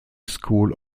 school